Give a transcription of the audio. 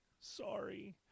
Sorry